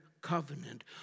covenant